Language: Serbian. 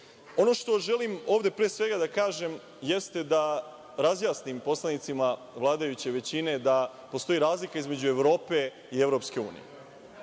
što želim ovde pre svega da kažem jeste da razjasnim poslanicima vladajuće većine da postoji razlika između Evrope i EU. Mi